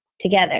together